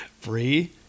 Free